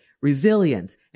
resilience